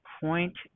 point